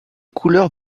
couleurs